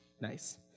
Nice